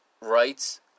rights